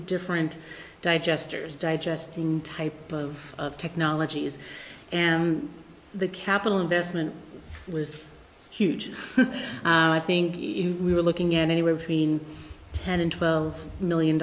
different digesters digesting type of technologies and the capital investment was huge i think we were looking at anywhere between ten and twelve million